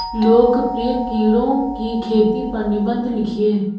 लोकप्रिय कीड़ों की खेती पर निबंध लिखिए